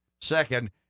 Second